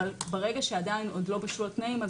אבל ברגע שעדיין לא בשלו התנאים,